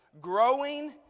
growing